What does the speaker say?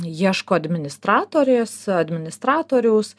ieško administratorės administratoriaus